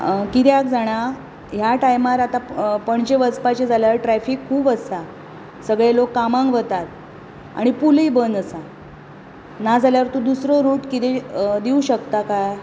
कित्याक जाणां ह्या टायमार आतां प पणजे वचपाचें जाल्यार ट्रॅफीक खूब आसा सगळे लोक कामांक वतात आनी पुलीय बंद आसा नाजाल्यार तूं दुसरो रूट कितें दिवं शकता काय